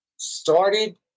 started